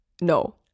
No